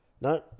No